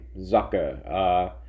Zucker